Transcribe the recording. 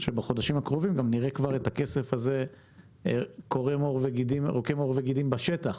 שבחודשים הקרובים נראה את הכסף הזה רוקם עור וגידים בשטח.